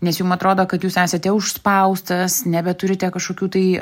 nes jum atrodo kad jūs esate užspaustas nebeturite kažkokių tai